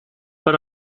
per